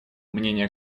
мнения